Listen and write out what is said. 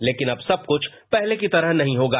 लेकिन अब सब कुछ पहले की तरह नहीं होगा